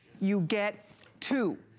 you get two.